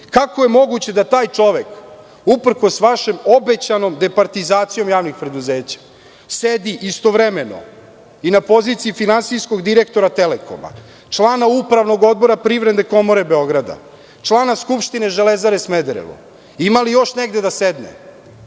Kako je moguće da taj čovek, uprkos vašoj obećanoj departizaciji javnih preduzeća sedi istovremeno i na poziciji finansijskog direktora „Telekoma“, člana Upravnog odbora Privredne komore Beograda, člana Skupštine „Železare Smederevo“? Ima li još negde da sedne.